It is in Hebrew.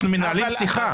אנחנו מנהלים שיחה.